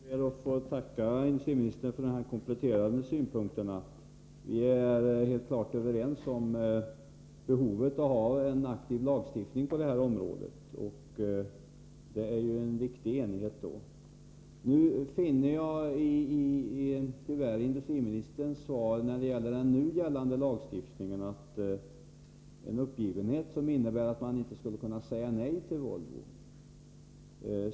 Herr talman! Jag ber att få tacka industriministern för dessa kompletterande synpunkter. Vi är helt klart överens om behovet av en aktiv lagstiftning på detta område, och det är en viktig enighet. Jag finner tyvärr i industriministerns svar när det gäller den nu gällande lagstiftningen en uppgivenhet, som innebär att regeringen inte skulle kunna säga nej till Volvo.